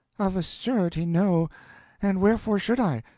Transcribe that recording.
of a surety, no and wherefore should i?